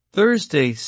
Thursday